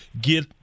get